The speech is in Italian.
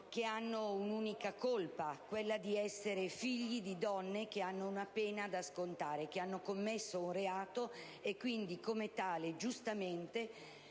grazie.